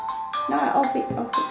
now I off it off it